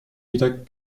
wieder